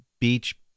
Beach